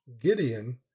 Gideon